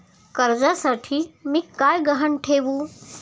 कर्जासाठी मी काय गहाण ठेवू?